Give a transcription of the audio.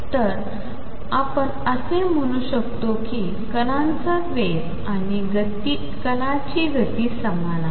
तर आपण असे मन्हू शकतो कि कणांचा वेग आणि कणाची गती समान आहे